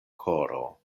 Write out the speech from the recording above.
koro